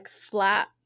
flat